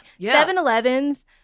7-Elevens